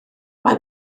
mae